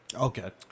Okay